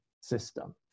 system